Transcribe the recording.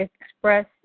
express